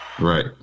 Right